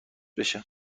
بشه